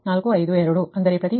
452 ಅಂದರೆ ಪ್ರತಿ ಯೂನಿಟ್'ಗೆ −0